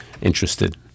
interested